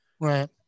Right